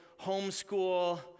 homeschool